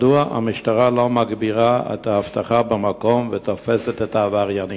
מדוע המשטרה לא מגבירה את האבטחה במקום ותופסת את העבריינים?